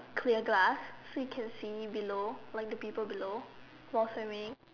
clear glass so you can see below like the people below while swimming